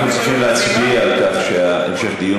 אנחנו צריכים להצביע על כך שהמשך הדיון